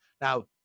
Now